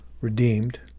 redeemed